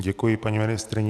Děkuji paní ministryni.